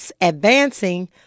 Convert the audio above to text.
advancing